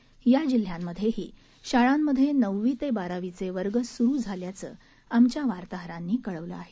लातूर या जिल्ह्यांमध्येही शाळांमध्ये नववी ते बारावीचे वर्ग सूरु झाल्याचे आमच्या वार्ताहरांनी कळवलं आहे